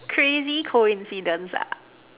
crazy coincidence ah